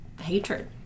hatred